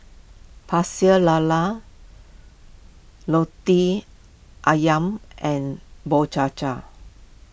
Pecel Lala Roti Ayam and Bubur Cha Cha